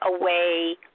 away